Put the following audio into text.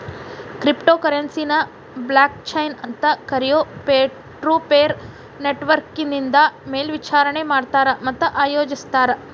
crypto ಕರೆನ್ಸಿನ blockchain ಅಂತ್ ಕರಿಯೊ ಪೇರ್ಟುಪೇರ್ ನೆಟ್ವರ್ಕ್ನಿಂದ ಮೇಲ್ವಿಚಾರಣಿ ಮಾಡ್ತಾರ ಮತ್ತ ಆಯೋಜಿಸ್ತಾರ